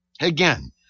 again